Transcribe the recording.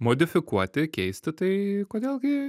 modifikuoti keisti tai kodėl gi